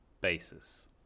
basis